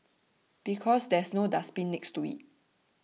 because there's no dustbin next to it